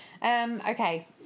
Okay